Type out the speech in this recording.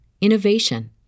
innovation